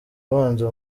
ubanza